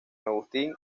agustín